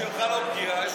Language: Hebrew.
בשבילך זו לא פגיעה,